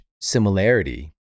similarity